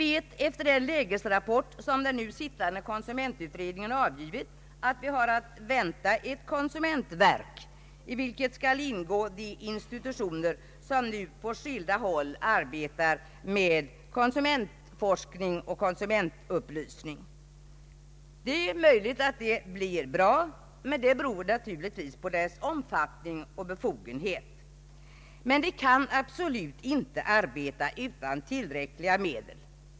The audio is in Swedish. Enligt den lägesrapport som den nu sittande konsumentutredningen avgivit har vi att vänta ett konsumentverk, i vilket skall ingå de institutioner som nu på skilda håll arbetar med konsumentforskning och konsumentupplysning. Det är möjligt att det blir bra, men det beror naturligtvis på dess omfattning och befogenhet. Men detta verk kan absolut inte arbeta utan tillräckliga medel.